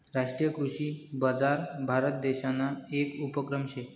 राष्ट्रीय कृषी बजार भारतदेसना येक उपक्रम शे